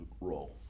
role